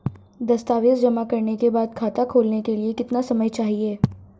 दस्तावेज़ जमा करने के बाद खाता खोलने के लिए कितना समय चाहिए?